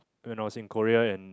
when I was in Korea and